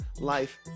life